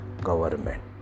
Government